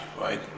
Right